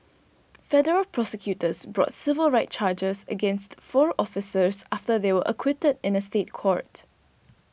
federal prosecutors brought civil rights charges against four officers after they were acquitted in a State Court